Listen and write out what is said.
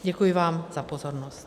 Děkuji vám za pozornost.